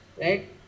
right